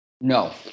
No